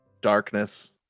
darkness